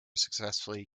successfully